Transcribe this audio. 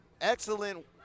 Excellent